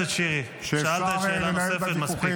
ציטטתי לך את מנחם בגין.